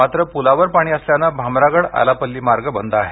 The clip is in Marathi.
मात्र पुलावर पाणी असल्याने भामरागड आलापल्ली मार्ग बंद आहे